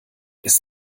ist